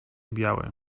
białe